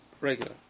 Regular